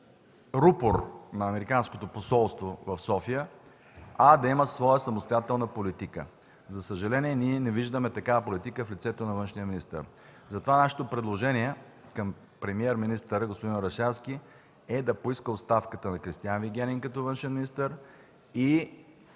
рупор на Американското посолство в София, а да има своя самостоятелна политика. За съжаление, ние не виждаме такава политика в лицето на външния министър. Затова нашето предложение към премиер-министъра господин Орешарски е да поиска оставката на Кристиан Вигенин като външен министър и